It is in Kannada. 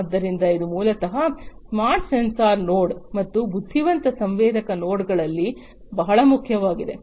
ಆದ್ದರಿಂದ ಇದು ಮೂಲತಃ ಸ್ಮಾರ್ಟ್ ಸೆನ್ಸರ್ ನೋಡ್ ಮತ್ತು ಬುದ್ಧಿವಂತ ಸಂವೇದಕ ನೋಡ್ಗಳಲ್ಲಿ ಬಹಳ ಮುಖ್ಯವಾಗಿದೆ